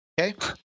Okay